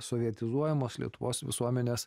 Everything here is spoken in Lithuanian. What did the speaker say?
sovietizuojamos lietuvos visuomenės